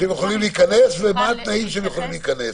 שהם יכולים להיכנס ומה התנאים שהם יכולים להיכנס.